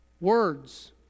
words